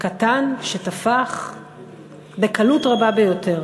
קטן שתפח בקלות רבה ביותר.